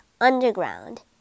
underground